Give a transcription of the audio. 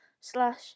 Slash